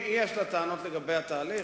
יש לה טענות לגבי התהליך.